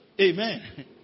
Amen